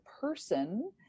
person